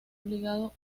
obligado